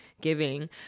giving